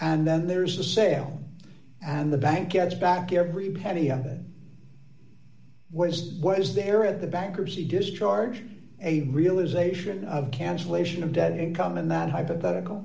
and then there's the sale and the bank gets back every penny of that was what is there at the bankruptcy discharge a realization of cancellation of debt income in that hypothetical